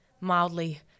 mildly